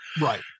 Right